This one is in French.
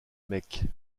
mecque